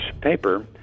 paper